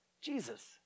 Jesus